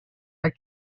are